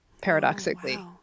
paradoxically